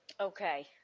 Okay